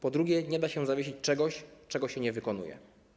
Po drugie, nie da się zawiesić czegoś, czego się nie wykonuje.